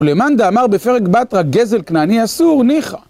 ולמאן דאמר בפרק בתרא, גזל כנעני אסור, ניחא.